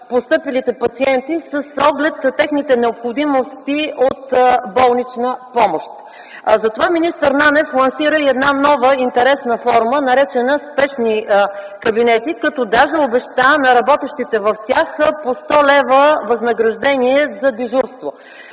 постъпилите пациенти с оглед тяхната необходимост от болнична помощ. Затова министър Нанев лансира една нова интересна форма, наречена спешни кабинети, като даже обеща на работещите в тях по 100 лв. възнаграждение за дежурство.